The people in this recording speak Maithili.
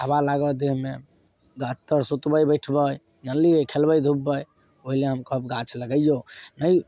हबा लागत देहमे गाछ तर सुतबै बैठबै जनलिए खेलबै धूपबै ओहि लऽ हम कहब गाछ लगइयौ नहि